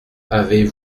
avez